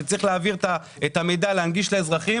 כשצריך להעביר את המידע וצריך להנגיש לאזרחים?